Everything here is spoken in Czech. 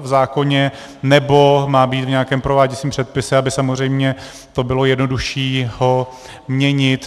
v zákoně, nebo má být v nějakém prováděcím předpise, aby samozřejmě bylo jednodušší ho měnit.